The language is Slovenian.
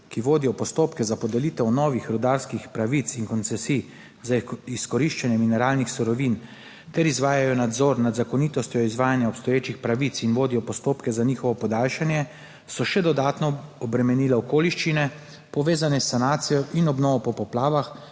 ki vodijo postopke za podelitev novih rudarskih pravic in koncesij za izkoriščanje mineralnih surovin ter izvajajo nadzor nad zakonitostjo izvajanja obstoječih pravic in vodijo postopke za njihovo podaljšanje, so še dodatno obremenila okoliščine povezane s sanacijo in obnovo po poplavah,